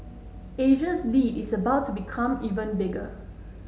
Asia's lead is about to become even bigger